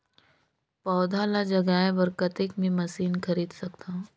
पौधा ल जगाय बर कतेक मे मशीन खरीद सकथव?